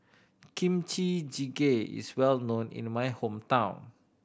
Kimchi Jjigae is well known in my hometown